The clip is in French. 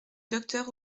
docteur